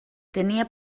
tenia